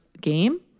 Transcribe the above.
game